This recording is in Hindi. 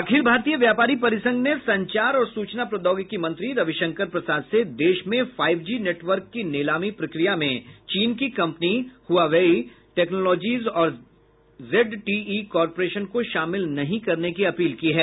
अखिल भारतीय व्यापारी परिसंघ ने संचार और सूचना प्रौद्योगिकी मंत्री रविशंकर प्रसाद से देश में फाइव जी नेटवर्क की नीलामी प्रक्रिया में चीन की कंपनी हुआवई टेक्नॉलोजिस और जेड टी ई कॉर्पोरेशन को शामिल नहीं करने की अपील की है